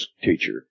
teacher